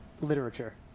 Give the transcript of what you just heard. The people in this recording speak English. Literature